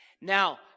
Now